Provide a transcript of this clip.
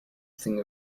thing